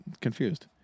confused